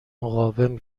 مقاوم